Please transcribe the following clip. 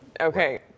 okay